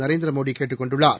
நரேந்திரமோடி கேட்டுக் கொண்டுள்ளார்